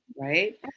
Right